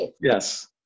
Yes